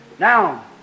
Now